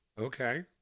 Okay